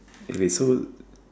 eh wait so